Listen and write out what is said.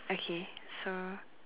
okay so